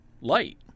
light